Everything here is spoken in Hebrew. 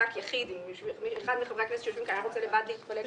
ח"כ יחיד אם אחד מחברי הכנסת שיושבים כאן היה רוצה לבד להתפלג,